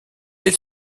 elle